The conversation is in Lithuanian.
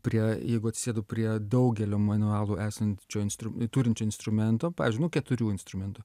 prie jeigu atsisėdu prie daugelio manualų esančiu instrum turinčiu instrumento pavyzdžiui nu keturių instrumentų